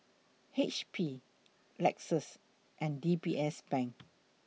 H P Lexus and D B S Bank